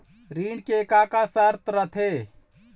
ऋण के का का शर्त रथे?